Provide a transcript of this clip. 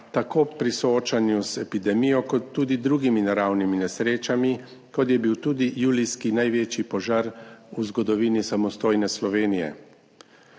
tako pri soočanju z epidemijo kot tudi z drugimi naravnimi nesrečami, kot je bil tudi julijski največji požar v zgodovini samostojne Slovenije.